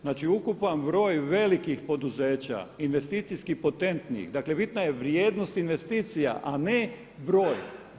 Znači, ukupan broj velikih poduzeća investicijski potentnih, dakle bitna je vrijednost investicija, a ne broj.